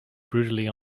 brutally